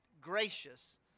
gracious